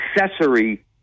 accessory